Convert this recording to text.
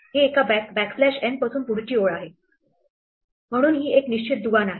हे एका backslash n पासून पुढची ओळ आहे म्हणून ही एक निश्चित दुवा नाही